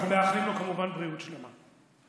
אנחנו מאחלים לו כמובן בריאות שלמה.